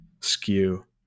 skew